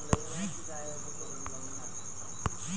सामाजिक योजनेमंधून मले कितीक पैसे भेटतीनं?